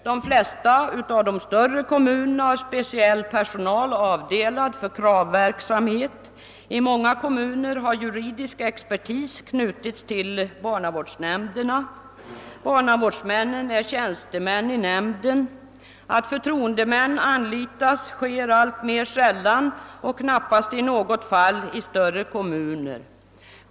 De flesta av de större nämnderna har speciell personal avdelad för kravverksamhet, i många kommuner har juridisk expertis knutits till barnavårdsnämnderna. Barnavårdsmännen är tjänstemän i nämnden. Att förtroendemän anlitas sker alltmer sällan och knappast i något fall i större kommuner.